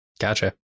Gotcha